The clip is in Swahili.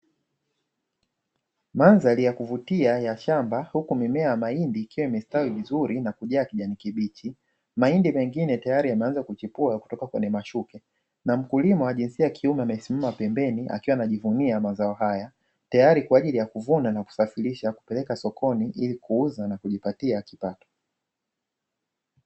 Mandhari ya kuvutia ya shamba huku mimea ya mahindi ikiwa imestawi vizuri na kujaa kijani kibichi, mahindi mengine tayari yameanza kuchipua kutoka kwenye mashuke na mkulima wa jinsia ya kiume amesimama pembeni akiwa anajivunia mazao haya tayari kwa ajili ya kuvuna na kusafirisha kupeleka sokoni ili kuuza na kujipatia kipato.